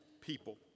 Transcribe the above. people